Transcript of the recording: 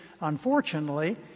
unfortunately